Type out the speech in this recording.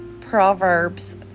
Proverbs